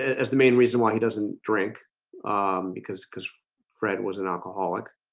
as the main reason why he doesn't drink because because fred was an alcoholic